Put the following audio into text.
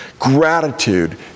gratitude